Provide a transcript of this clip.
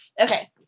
Okay